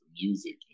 music